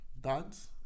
dads